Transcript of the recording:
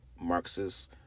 Marxist